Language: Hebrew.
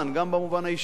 גם במובן האישי,